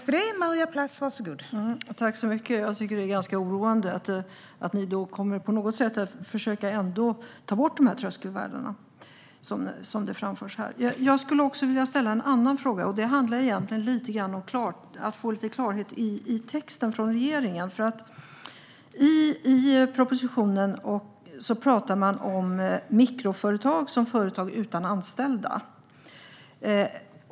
Fru talman! Det är oroande att ni ändå på något sätt försöker ta bort tröskelvärdena. Jag vill ställa en annan fråga, som gäller att få klarhet om texten från regeringen. I propositionen talas det om mikroföretag i form av företag utan anställda.